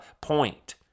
point